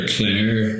Claire